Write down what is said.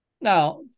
Now